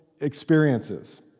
experiences